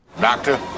Doctor